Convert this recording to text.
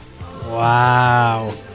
Wow